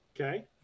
okay